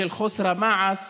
של חוסר המעש